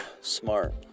smart